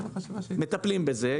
מטפלים בזה,